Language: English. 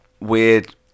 weird